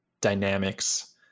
dynamics